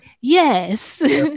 Yes